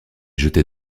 jeter